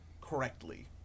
correctly